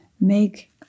Make